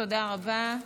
תודה רבה.